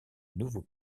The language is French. nouveau